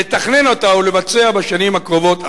לתכנן אותה ולבצע בשנים הקרובות עכשיו.